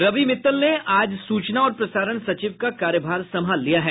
रवि मित्तल ने आज सूचना और प्रसारण सचिव का कार्यभार संभाल लिया है